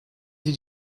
sie